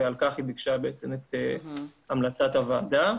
ועל כך היא ביקשה את המלצת הוועדה.